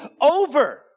over